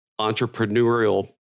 entrepreneurial